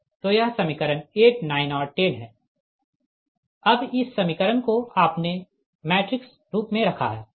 तो यह समीकरण 8 9 और 10 है अब इस समीकरण को आपने मैट्रिक्स रूप में रखा है